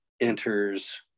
enters